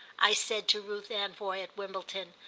i said to ruth anvoy, at wimbledon,